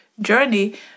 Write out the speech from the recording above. journey